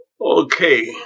Okay